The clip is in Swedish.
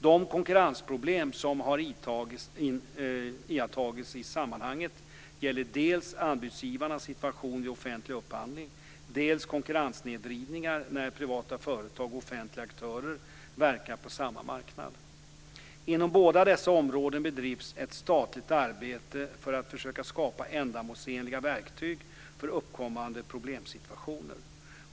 De konkurrensproblem som har iakttagits i sammanhanget gäller dels anbudsgivarnas situation vid offentlig upphandling, dels konkurrenssnedvridningar när privata företag och offentliga aktörer verkar på samma marknad. Inom båda dessa områden bedrivs ett statligt arbete för att försöka skapa ändamålsenliga verktyg för uppkommande problemsituationer.